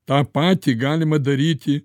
tą patį galima daryti